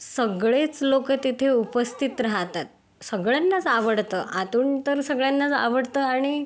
सगळेच लोक तिथे उपस्थित राहतात सगळ्यांनाच आवडतं आतून तर सगळ्यांनाच आवडतं आणि